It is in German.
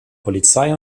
polizei